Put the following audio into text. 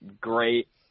great